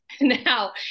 now